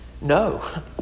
no